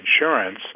insurance